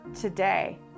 today